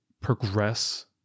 progress